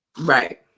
Right